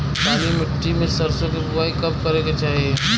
काली मिट्टी में सरसों के बुआई कब करे के चाही?